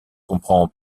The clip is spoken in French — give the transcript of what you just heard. comprend